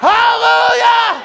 Hallelujah